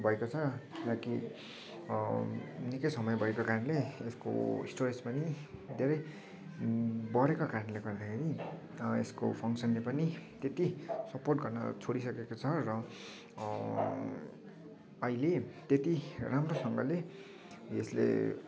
भएको छ किनकि निकै समय भएको कारणले यसको स्टोरेज पनि धेरै भरेको कारणले गर्दाखेरि यस्को फङ्सनले पनि त्यति सपोर्ट गर्न छोडिसकेको छ र अहिले त्यति राम्रोसँगले यसले